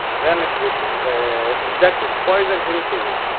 then it would inject its poison into you,